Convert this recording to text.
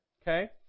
Okay